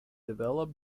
develop